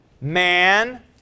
man